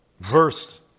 verse